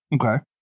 Okay